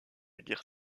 guerre